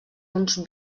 uns